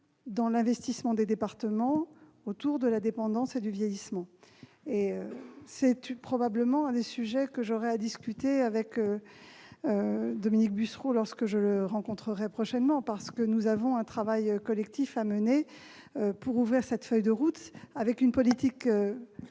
dans l'investissement des départements dans la dépendance et le vieillissement ; c'est probablement l'un des sujets que j'aurai à discuter avec Dominique Bussereau lorsque je le rencontrerai prochainement, car nous avons un travail collectif à mener pour ouvrir cette feuille de route. Avec une politique